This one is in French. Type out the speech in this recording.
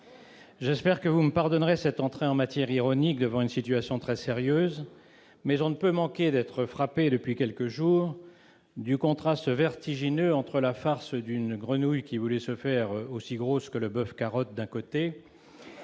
J'espère que vous me pardonnerez cette entrée en matière ironique devant une situation très sérieuse, mais on ne peut manquer d'être frappé depuis quelques jours du contraste vertigineux entre, d'un côté, la farce d'une grenouille qui voulait se faire aussi grosse que le « boeuf-carottes » et,